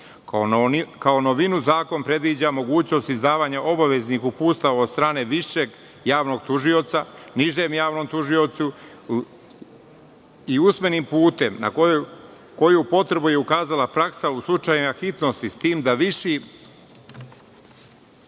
novinu, zakon predviđa mogućnost izdavanja obaveznih uputstva od strane višeg javnog tužioca nižem javnom tužiocu i usmenim putem, na koju je potrebu pokazala praksa u slučaju hitnosti, s tim da viši